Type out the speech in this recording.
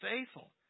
faithful